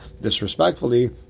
disrespectfully